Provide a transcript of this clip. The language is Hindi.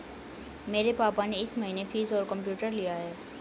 मेरे पापा ने इस महीने फ्रीज और कंप्यूटर लिया है